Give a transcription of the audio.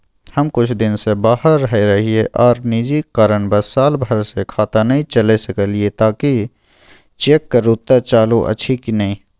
हम कुछ दिन से बाहर रहिये आर निजी कारणवश साल भर से खाता नय चले सकलियै तनि चेक करू त चालू अछि कि नय?